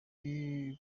uri